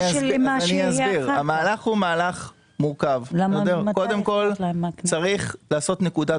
זה מהלך מורכב, קודם כל צריך לעשות נקודת